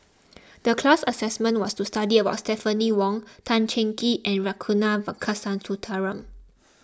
the class assignment was to study about Stephanie Wong Tan Cheng Kee and Ragunathar Kanagasuntheram